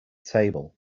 table